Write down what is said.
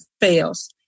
fails